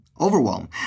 overwhelm